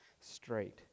straight